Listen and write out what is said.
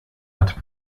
hat